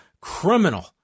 criminal